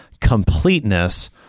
completeness